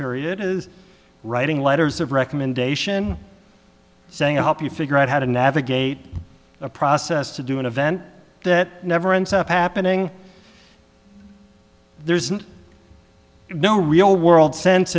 period it is writing letters of recommendation saying help you figure out how to navigate a process to do an event that never ends up happening there isn't no real world sense